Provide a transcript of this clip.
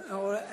נרשמתי לדבר.